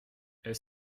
est